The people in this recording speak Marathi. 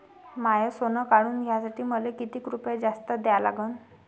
माय सोनं काढून घ्यासाठी मले कितीक रुपये जास्त द्या लागन?